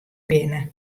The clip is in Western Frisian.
binne